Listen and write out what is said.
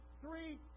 Three